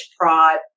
prod